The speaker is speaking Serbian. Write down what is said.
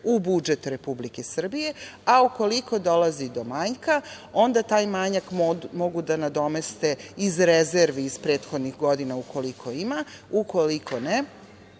u budžet Republike Srbije, a ukoliko dolazi do manjka onda taj manjak mogu da nadomeste iz rezervi iz prethodnih godina ukoliko ima, ukoliko ne,